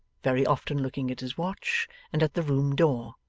very often looking at his watch and at the room door,